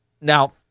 Now